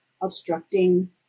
obstructing